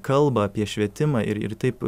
kalba apie švietimą ir ir taip